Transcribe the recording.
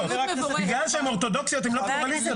בגלל שהן אורתודוכסיות הן לא פלורליסטיות.